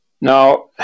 Now